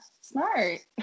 Smart